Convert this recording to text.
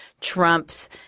Trump's